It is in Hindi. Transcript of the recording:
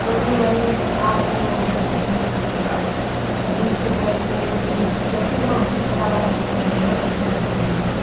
गोभी वही पचास वो क्या कहते हैं पच्चीस रुपये फूल जैसे लोगी छोटा बड़ा जैसे रहेगा वैसे ही देते हैं